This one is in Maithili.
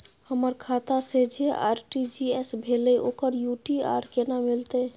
हमर खाता से जे आर.टी.जी एस भेलै ओकर यू.टी.आर केना मिलतै?